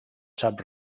sap